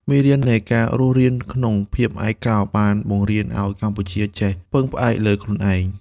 មេរៀននៃការរស់រានក្នុងភាពឯកោ បានបង្រៀនឱ្យកម្ពុជាចេះពឹងផ្អែកលើខ្លួនឯង។